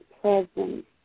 presence